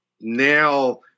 now